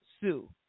sue